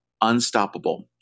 unstoppable